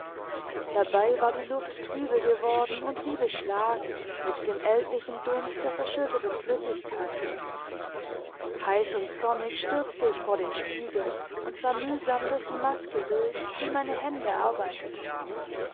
dabei war die luft trübe geworden und wie beschlagen mit dem ältlichen dunst der verschütteten flüssigkeit heiß und zornig stürzte ich vor den spiegel und sah mühsam durch die maske durch wie meine hände arbeiteten